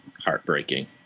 heartbreaking